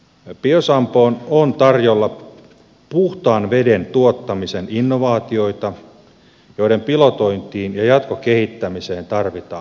biosampoon on tarjolla puhtaan veden tuottamisen innovaatioita joiden pilotointiin ja jatkokehittämiseen tarvitaan osarahoitusta